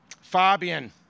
Fabian